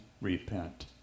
repent